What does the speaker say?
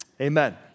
Amen